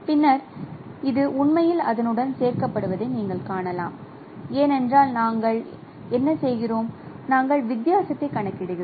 பின்னர் இது உண்மையில் அதனுடன் சேர்க்கப்படுவதை நீங்கள் காணலாம் ஏனென்றால் நாங்கள் என்ன செய்கிறோம்நாங்கள் வித்தியாசத்தை கணக்கிடுகிறோம்